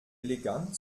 elegant